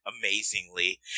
amazingly